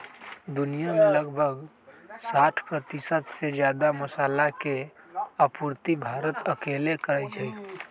दुनिया में लगभग साठ परतिशत से जादा मसाला के आपूर्ति भारत अकेले करई छई